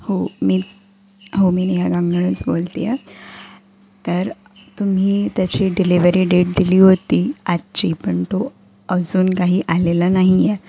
हो मी हो मी निया गांगणच बोलते आहे तर तुम्ही त्याची डिलेवरी डेट दिली होती आजची पण तो अजून काही आलेला नाही आहे